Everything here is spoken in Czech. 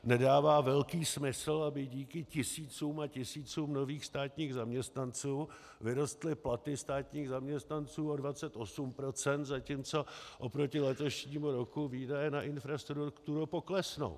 Nedává velký smysl, aby díky tisícům a tisícům nových státních zaměstnanců vyrostly platy státních zaměstnanců o 28 %, zatímco oproti letošnímu roku výdaje na infrastrukturu poklesnou.